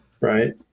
Right